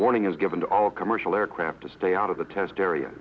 warning is given to all commercial aircraft to stay out of the test area